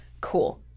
cool